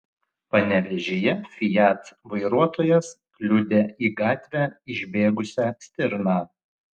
panevėžyje fiat vairuotojas kliudė į gatvę išbėgusią stirną